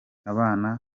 abana